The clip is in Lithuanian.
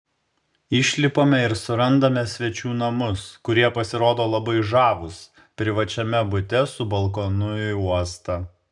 išlipame ir surandame svečių namus kurie pasirodo labai žavūs privačiame bute su balkonu į uostą